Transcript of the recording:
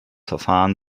verfahren